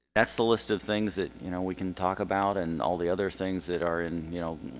that's the list of things that you know we can talk about and all the other things that are in you know